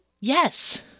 Yes